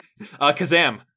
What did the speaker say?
Kazam